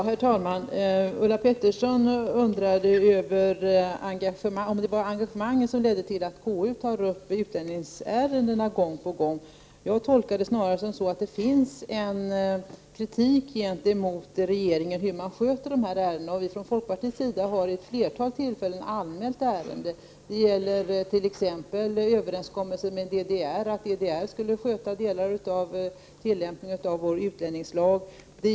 Herr talman! Ulla Pettersson undrade om det var engagemanget som ledde tillatt KU tog upp utlänningsärendena gång på gång. Jag tolkar det snarare så att det finns en kritik gentemot regeringen för hur den sköter de ärendena, och vi har från folkpartiets sida vid ett flertal tillfällen anmält ärenden. Det gäller t.ex. överenskommelsen med DDR om att DDR skulle sköta delar av tillämpningen av vår utlänningslag.